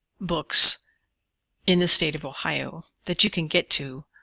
books in the state of ohio that you can get to,